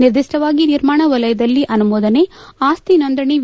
ನಿರ್ದಿಷ್ಷವಾಗಿ ನಿರ್ಮಾಣ ವಲಯದಲ್ಲಿ ಅನುಮೋದನೆ ಆಸ್ತಿ ನೋಂದಣಿ ು